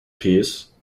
peace